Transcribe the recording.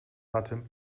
hatte